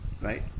Right